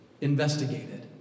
investigated